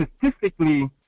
statistically